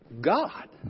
God